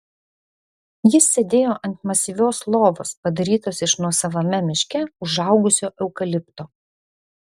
jis sėdėjo ant masyvios lovos padarytos iš nuosavame miške užaugusio eukalipto